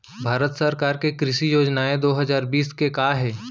भारत सरकार के कृषि योजनाएं दो हजार बीस के का हे?